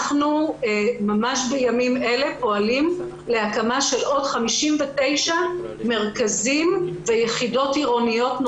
ממש בימים אלה אנחנו פועלים להקמה של עוד 59 מרכזים ויחידות עירוניות.